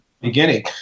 beginning